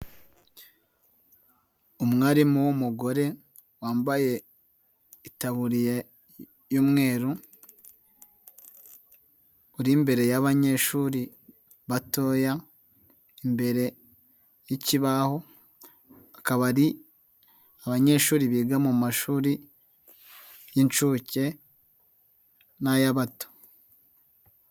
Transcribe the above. Umwarimu w'umugore, wambaye itaburiya y'umweru, uri imbere y'abanyeshuri batoya, imbere y'ikibaho, akaba ari abanyeshuri biga mu mashuri y'inshuke n'ay'abato.